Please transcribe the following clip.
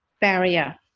barrier